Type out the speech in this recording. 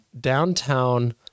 downtown